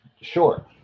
Sure